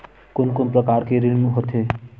कोन कोन प्रकार के ऋण होथे?